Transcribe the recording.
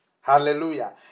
Hallelujah